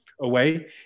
away